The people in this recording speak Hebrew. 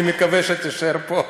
אני מקווה שתישאר פה.